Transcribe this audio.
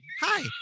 Hi